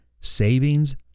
savings